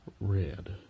red